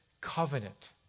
covenant